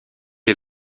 est